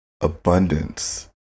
Abundance